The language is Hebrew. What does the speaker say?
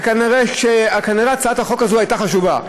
וכנראה הצעת החוק הזאת הייתה חשובה,